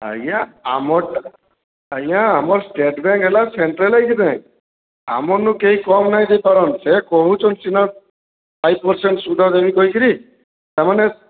ଆଜ୍ଞା ଆମର୍ ଆଜ୍ଞା ଆମର୍ ଷ୍ଟେଟ୍ ବ୍ୟାଙ୍କ ହେଲା ସେଣ୍ଟ୍ରାଲଇଜ୍ଡ଼ ବ୍ୟାଙ୍କ ଆମର୍ ନୁ କେହି କମ୍ ନାଇଁ ଦେଇପାରୁନ୍ ସେ କହୁଛନ୍ତି ସିନା ଫାଇବ୍ ପରସେଣ୍ଟ ଶୁଦ୍ଧ ଦେବୀ କହିକରି ତା ମାନେ